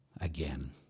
again